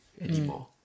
anymore